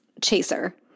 chaser